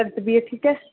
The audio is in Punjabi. ਤਬੀਅਤ ਠੀਕ ਹੈ